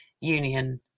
union